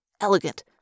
elegant